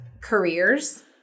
careers